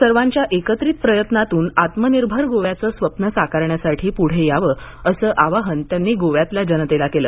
सर्वांच्या एकत्रित प्रयत्नातून आत्मनिर्भर गोव्याचं स्वप्न साकारण्यासाठी पुढे यावं असं आवाहन त्यांनी गोव्यातल्या जनतेला केलं